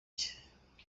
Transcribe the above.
bye